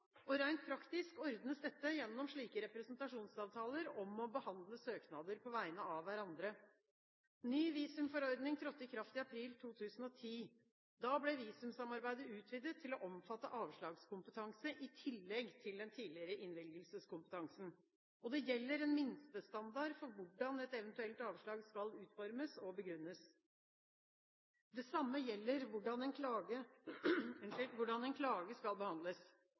praktisk ordnes dette gjennom representasjonsavtaler om å behandle søknader på vegne av hverandre. Ny visumforordning trådte i kraft i april 2010. Da ble visumsamarbeidet utvidet til å omfatte avslagskompetanse, i tillegg til den tidligere innvilgelseskompetansen. Det gjelder en minstestandard for hvordan et eventuelt avslag skal utformes og begrunnes. Det samme gjelder hvordan en klage